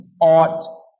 ought